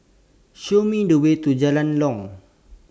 Show Me The Way to Jalan Long